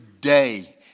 day